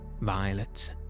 violets